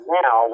now